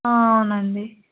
అవునండి